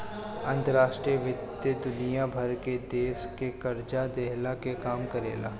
अंतर्राष्ट्रीय वित्त दुनिया भर के देस के कर्जा देहला के काम करेला